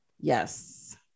yes